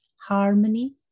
harmony